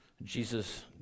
Jesus